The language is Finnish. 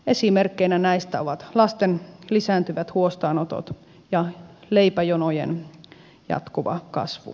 esimerkkeinä näistä ovat lasten lisääntyvät huostaanotot ja leipäjonojen jatkuva kasvu